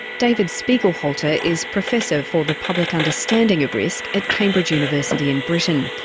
david spiegelhalter is professor for the public understanding of risk at cambridge university in britain.